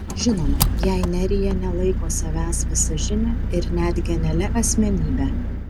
žinoma jei nerija nelaiko savęs visažine ir net genialia asmenybe